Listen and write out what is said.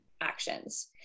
actions